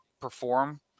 perform